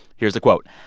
here's the quote.